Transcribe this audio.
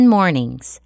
Mornings